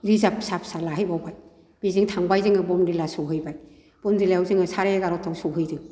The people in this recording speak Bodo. रिजार्ब फिसा फिसा लाहैबावबाय बेजों थांबाय जोङो बमदिला सहैबाय बमदिलायाव जोङो साराइ एगारथायाव सहैदों